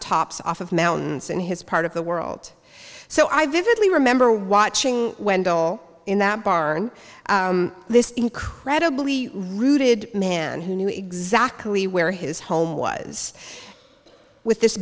tops off of mountains in his part of the world so i vividly remember watching wendell in that barn this incredibly rooted man who knew exactly where his home was with this